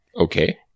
Okay